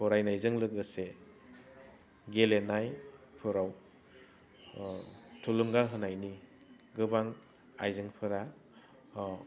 फरायनायजों लोगोसे गेलेनायफोराव थुलुंगा होनायनि गोबां आइजेंफोरा